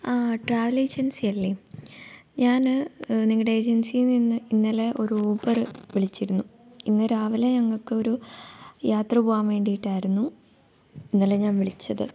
ആ travel agency അല്ലേ ഞാൻ ഒരു ഊബർ വിളിച്ചിരുന്നു ഇന്ന് രാവിലെ ഞങ്ങൾക്ക് ഒരു യാത്ര പോകാൻ വേണ്ടിയിട്ടായിരുന്നു ഇന്നലെ ഞാൻ വിളിച്ചത്